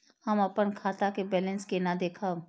हम अपन खाता के बैलेंस केना देखब?